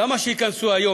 למה שייכנסו היום,